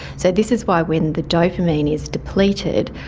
so this is why when the dopamine is depleted,